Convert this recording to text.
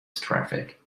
traffic